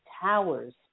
towers